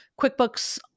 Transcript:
QuickBooks